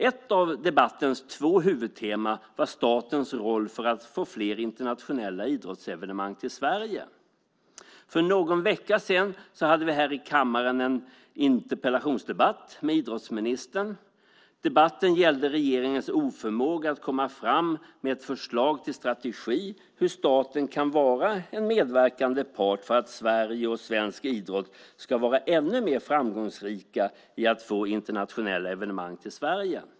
Ett av debattens två huvudteman var statens roll för att få fler internationella idrottsevenemang till Sverige. För någon vecka sedan hade vi här i kammaren en interpellationsdebatt med idrottsministern. Debatten gällde regeringens oförmåga att komma fram med ett förslag till strategi för hur staten kan vara en medverkande part för att Sverige och svensk idrott ska vara ännu mer framgångsrika i att få internationella evenemang till Sverige.